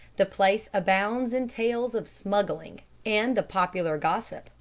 the place abounds in tales of smuggling, and the popular gossip,